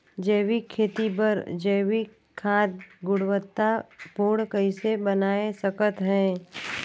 जैविक खेती बर जैविक खाद गुणवत्ता पूर्ण कइसे बनाय सकत हैं?